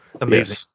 Amazing